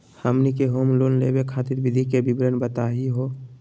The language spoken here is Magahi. हमनी के होम लोन लेवे खातीर विधि के विवरण बताही हो?